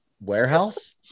warehouse